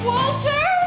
Walter